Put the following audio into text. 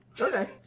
Okay